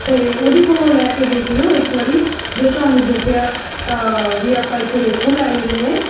ਅਤੇ ਉਹਦੇ ਕੋਲੋਂ ਲੈ ਕੇ ਦੇਖ ਲਿਓ ਇੱਕ ਵਾਰੀ ਜੇ ਤੁਹਾਨੂੰ ਜਚਿਆ ਤਾਂ ਵੀ ਆਪਾਂ ਇੱਕ ਵਾਰੀ ਇੱਥੋਂ ਲੈ ਲੈਂਦੇ ਹਾਂ